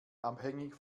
abhängig